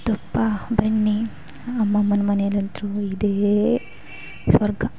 ತುಪ್ಪ ಬೆಣ್ಣೆ ಅಮ್ಮಮ್ಮನ ಮನೆಯಲ್ಲಂತೂ ಇದೇ ಸ್ವರ್ಗ